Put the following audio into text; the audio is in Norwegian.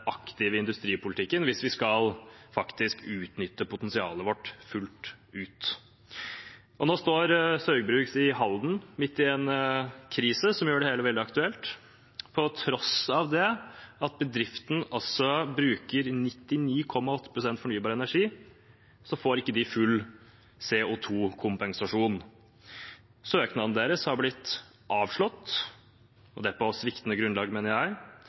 aktive industripolitikken, hvis vi faktisk skal utnytte potensialet vårt fullt ut. Nå står Saugbrugs i Halden midt i en krise som gjør det hele veldig aktuelt. På tross av at bedriften altså bruker 99,8 pst. fornybar energi, får de ikke full CO2-kompensasjon. Søknaden deres har blitt avslått – på sviktende grunnlag, mener jeg